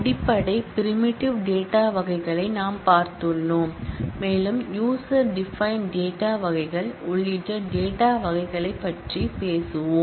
அடிப்படை பிரிமிடிவ் டேட்டாவகைகளை நாம் பார்த்துள்ளோம் மேலும் யூசர் டிபைன்ட் டேட்டா வகைகள் உள்ளிட்ட டேட்டாவகைகளைப் பற்றி மேலும் பேசுவோம்